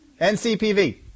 NCPV